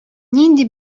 нинди